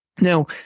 Now